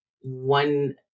one